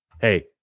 Hey